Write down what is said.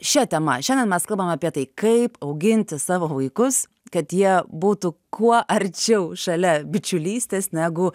šia tema šiandien mes kalbam apie tai kaip auginti savo vaikus kad jie būtų kuo arčiau šalia bičiulystės negu